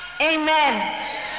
Amen